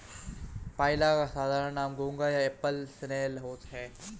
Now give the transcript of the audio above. पाइला का साधारण नाम घोंघा या एप्पल स्नेल है